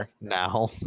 now